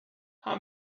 how